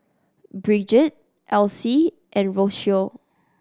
Brigid Elsie and Rocio